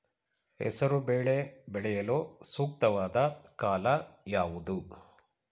ಹೆಸರು ಬೇಳೆ ಬೆಳೆಯಲು ಸೂಕ್ತವಾದ ಕಾಲ ಯಾವುದು?